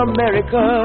America